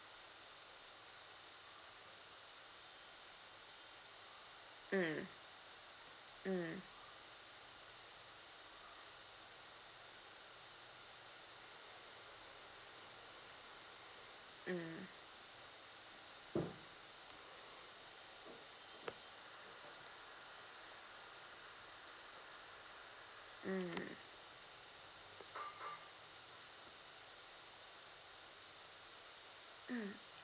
mm mm mm mm mm